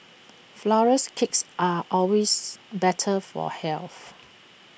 Flourless Cakes are always better for health